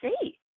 see